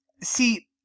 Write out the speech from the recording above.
see